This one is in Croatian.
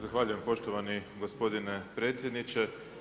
Zahvaljujem poštovani gospodine predsjedniče.